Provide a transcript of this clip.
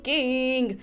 King